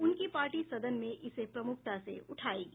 उनकी पार्टी सदन में इसे प्रमुखता से उठायेगी